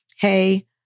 hey